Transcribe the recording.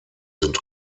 sind